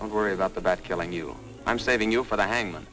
don't worry about the back killing you i'm saving you for the hangman